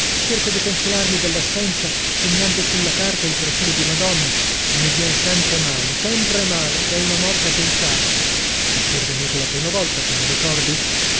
cerco di consolarmi dell'assenza segnando sulla carta il profilo di madonna e mi vien sempre male sempre male che è una morte a pensarci t'è pur venuto la prima volta te ne ricordi